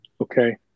Okay